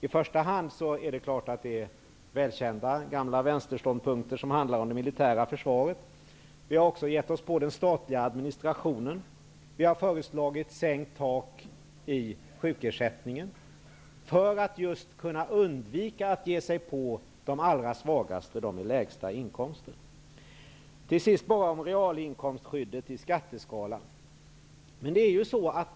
I första hand är det naturligtvis välkända gamla vänsterståndpunkter som handlar om det militära försvaret. Vi har också gett oss på den statliga administrationen. Vi har föreslagit sänkt tak i sjukersättningen för att just kunna undvika att ge sig på de allra svagaste och de som har de lägsta inkomsterna. Till sist vill jag säga något om realinkomstskyddet i skatteskalan.